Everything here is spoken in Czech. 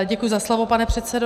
Děkuji za slovo, pane předsedo.